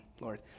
Lord